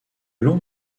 long